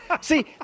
See